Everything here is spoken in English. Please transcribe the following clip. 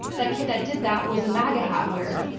that kid that did that was a maga-hat wearer.